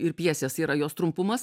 ir pjesės yra jos trumpumas